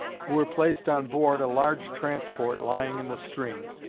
who were placed on board a large transport lying in the stream.